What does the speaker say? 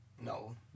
No